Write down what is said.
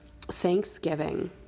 Thanksgiving